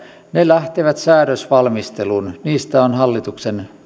lähtevät säädösvalmisteluun niistä on hallituksen